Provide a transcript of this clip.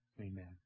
Amen